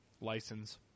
license